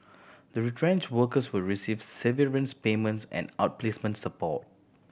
the retrenched workers will receive severance payments and outplacement support